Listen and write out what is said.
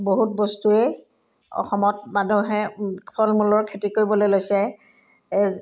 বহুত বস্তুৱেই অসমত মানুহে ফল মূলৰ খেতি কৰিবলৈ লৈছে